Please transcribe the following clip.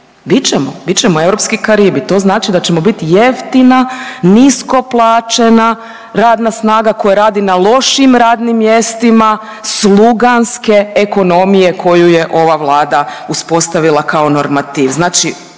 Bit ćemo, bit ćemo europski Karibi. To znači da ćemo biti jeftina nisko plaćena radna snaga koja radi na lošim radnim mjestima sluganske ekonomije koju je ova Vlada uspostavila kao normativ.